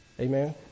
Amen